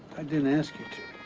i didn't ask you to.